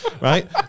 right